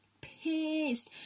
pissed